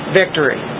victory